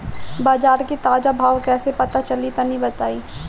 बाजार के ताजा भाव कैसे पता चली तनी बताई?